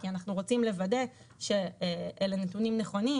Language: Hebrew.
כי אנחנו רוצים לוודא שאלה נתונים נכונים,